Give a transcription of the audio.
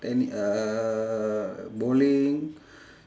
tenni~ uh bowling